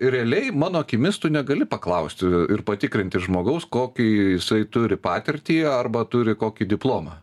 realiai mano akimis tu negali paklausti ir patikrinti žmogaus kokį jisai turi patirtį arba turi kokį diplomą